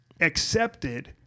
accepted